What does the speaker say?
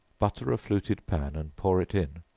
butter a fluted pan and pour it in,